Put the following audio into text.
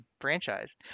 franchise